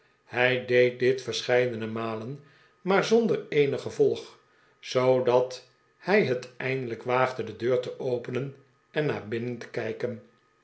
hij deed dit verscheidene malen maar zonder eenig gevolg zoodat hij het eindelijk waagde de deur te openen en naar binnen te kijken